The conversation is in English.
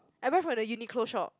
I buy from the Uniqlo shop